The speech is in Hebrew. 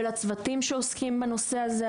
ולצוותים שעוסקים בנושא הזה.